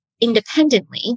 independently